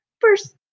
first